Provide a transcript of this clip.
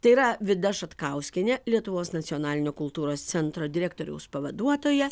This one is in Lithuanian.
tai yra vida šatkauskienė lietuvos nacionalinio kultūros centro direktoriaus pavaduotoja